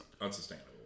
Unsustainable